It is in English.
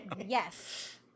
yes